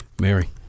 Mary